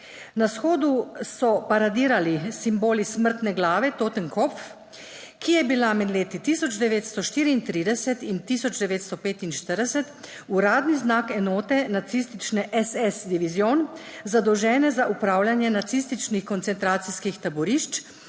Na shodu so paradirali simboli smrtne glave Totenkopf, ki je bila med leti 1934 in 1945 uradni znak enote nacistične SS divizion, zadolžene za upravljanje nacističnih koncentracijskih taborišč